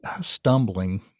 stumbling